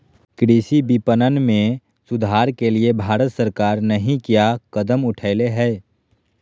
कृषि विपणन में सुधार के लिए भारत सरकार नहीं क्या कदम उठैले हैय?